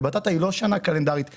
ובטטה היא לא שנה קלנדרית דצמבר-דצמבר,